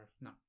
No